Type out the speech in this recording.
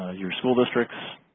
your school districts.